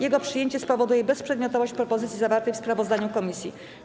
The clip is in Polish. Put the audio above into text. Jego przyjęcie spowoduje bezprzedmiotowość propozycji zawartej w sprawozdaniu komisji.